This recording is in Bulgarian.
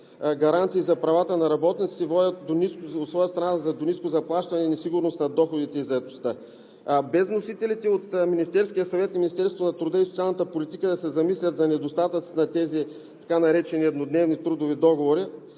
гаранции за правата на работниците, водят от своя страна до ниско заплащане и несигурност на доходите и заетостта. Без вносителите от Министерския съвет и Министерството на труда и социалната политика да се замислят за недостатъците на тези така наречени еднодневни трудови договори,